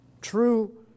True